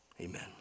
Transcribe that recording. Amen